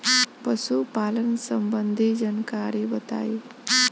पशुपालन सबंधी जानकारी बताई?